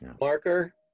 marker